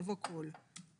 יבוא כל.